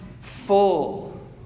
full